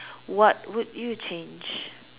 what would you change